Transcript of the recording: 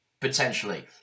potentially